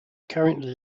currently